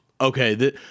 okay